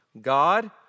God